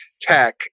tech